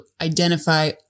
identify